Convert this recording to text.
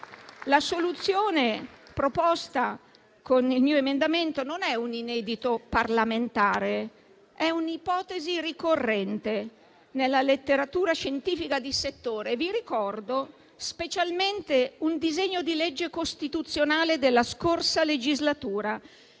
la soluzione proposta con il mio emendamento non è un inedito parlamentare: è un'ipotesi ricorrente nella letteratura scientifica di settore. Vi ricordo specialmente un disegno di legge costituzionale della scorsa legislatura,